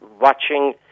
watching